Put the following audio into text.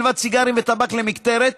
מלבד סיגרים וטבק למקטרת,